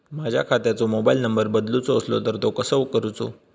माझ्या खात्याचो mobile number बदलुचो असलो तर तो कसो करूचो?